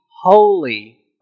holy